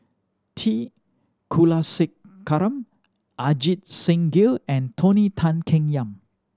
T Kulasekaram Ajit Singh Gill and Tony Tan Keng Yam